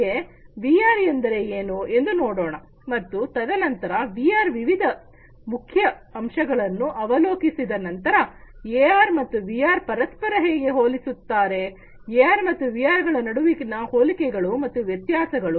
ಈಗ ವಿಆರ್ ಎಂದರೆ ಏನು ಎಂದು ನೋಡೋಣ ಮತ್ತು ತದನಂತರ ವಿಆರ್ ನಾ ವಿವಿಧ ಮುಖ್ಯ ಅಂಶಗಳನ್ನು ಅವಲೋಕಿಸಿದ ನಂತರ ಎಆರ್ ಮತ್ತು ವಿಆರ್ ಪರಸ್ಪರ ಹೇಗೆ ಹೋಲಿಸುತ್ತಾರೆ ಎಆರ್ ಮತ್ತು ವಿಆರ್ ಗಳ ನಡುವಿನ ಹೋಲಿಕೆಗಳು ಮತ್ತು ವ್ಯತ್ಯಾಸಗಳು